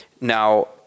Now